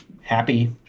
Happy